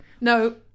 no